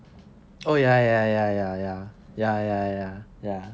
oh ya ya ya ya ya ya ya ya ya